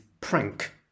prank